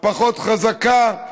פחות חזקה,